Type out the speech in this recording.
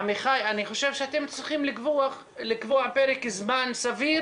עמיחי, אני חושב שאתם צריכים לקבוע פרק זמן סביר